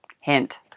hint